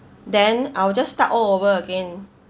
then I will just start all over again